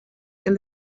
and